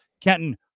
Kenton